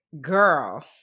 girl